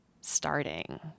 starting